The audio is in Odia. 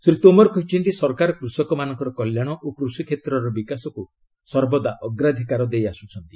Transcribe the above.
ଶ୍ରୀ ତୋମର କହିଛନ୍ତି ସରକାର କୃଷକମାନଙ୍କର କଲ୍ୟାଣ ଓ କୃଷିକ୍ଷେତ୍ରର ବିକାଶକୁ ସର୍ବଦା ଅଗ୍ରାଧିକାର ଦେଇ ଆସୁଛନ୍ତି